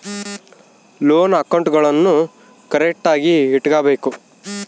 loan ಅಕೌಂಟ್ಗುಳ್ನೂ ಕರೆಕ್ಟ್ಆಗಿ ಇಟಗಬೇಕು